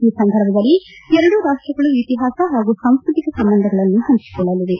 ಈ ಸಂದರ್ಭದಲ್ಲಿ ಎರಡೂ ರಾಷ್ಲಗಳು ಇತಿಹಾಸ ಹಾಗೂ ಸಾಂಸ್ಕತಿಕ ಸಂಬಂಧಗಳನ್ನು ಹಂಚಿಕೊಳ್ಳಲಿವೆ